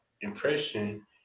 impression